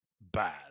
bad